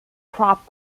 crop